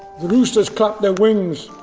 the roosters clap their wings.